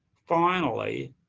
finally,